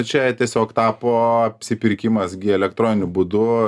čia tiesiog tapoo apsipirkimas gi elektroniniu būdu